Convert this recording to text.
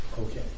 Okay